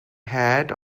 hat